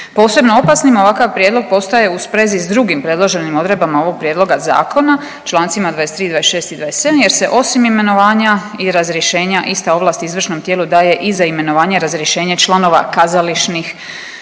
Posebno opasnima ovakav prijedlog postaje u sprezi sa drugim predloženim odredbama ovog prijedloga zakona, člancima 23., 26. i 27. jer se osim imenovanja i razrješenja ista ovlast izvršnom tijelu daje i za imenovanje i razrješenje članova kazališnih